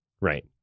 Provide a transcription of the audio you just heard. Right